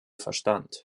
verstand